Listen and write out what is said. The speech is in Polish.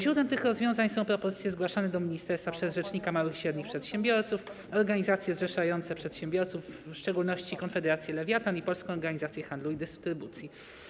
Źródłem tych rozwiązań są propozycje zgłaszane do ministerstwa przez rzecznika małych i średnich przedsiębiorców, organizacje zrzeszające przedsiębiorców, w szczególności Konfederację Lewiatan i Polską Organizację Handlu i Dystrybucji.